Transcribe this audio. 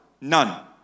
none